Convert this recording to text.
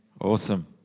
Awesome